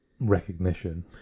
recognition